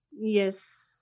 Yes